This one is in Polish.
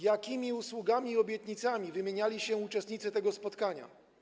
Jakimi usługami i obietnicami wymieniali się uczestnicy tego spotkania?